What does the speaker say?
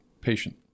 patient